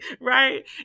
right